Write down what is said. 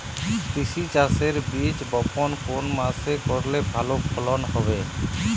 তিসি চাষের বীজ বপন কোন মাসে করলে ভালো ফলন হবে?